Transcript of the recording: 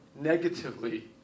negatively